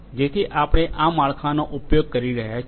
જેથી આપણે આ માળખાનો ઉપયોગ કરી રહ્યા છીએ